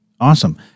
Awesome